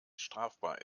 strafbar